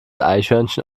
eichhörnchen